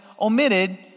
omitted